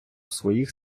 своїх